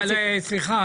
הבנתי.